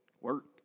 Work